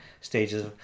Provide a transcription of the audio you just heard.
stages